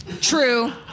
True